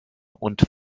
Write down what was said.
und